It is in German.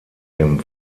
dem